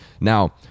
Now